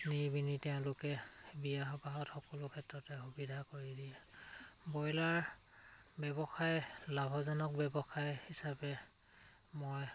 নি পিনি তেওঁলোকে বিয়া সবাহত সকলো ক্ষেত্ৰতে সুবিধা কৰি দিয়ে ব্ৰইলাৰ ব্যৱসায় লাভজনক ব্যৱসায় হিচাপে মই